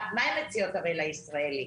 מה הן מציעות לישראלי?